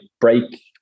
break